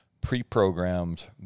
pre-programmed